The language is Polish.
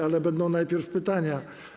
Ale będą najpierw pytania.